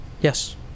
Yes